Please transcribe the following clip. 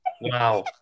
wow